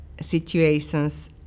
situations